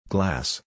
Glass